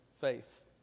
faith